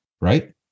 Right